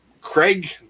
Craig